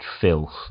filth